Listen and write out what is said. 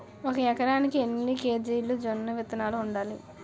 ఒక ఎకరానికి ఎన్ని కేజీలు జొన్నవిత్తనాలు వాడాలి?